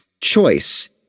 choice